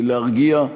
להרגיע,